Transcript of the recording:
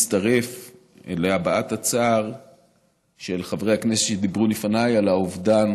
מצטרף להבעת הצער של חברי הכנסת שדיברו לפניי על האובדן